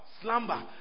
slumber